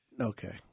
Okay